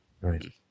Right